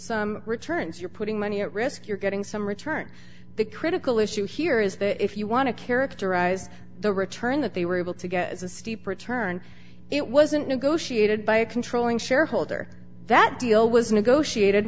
some returns you're putting money at risk you're getting some return the critical issue here is that if you want to characterize the return that they were able to get as a steep return it wasn't negotiated by a controlling shareholder that deal was negotiated